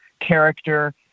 character